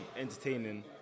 entertaining